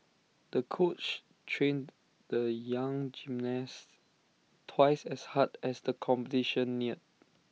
the coach trained the young gymnast twice as hard as the competition neared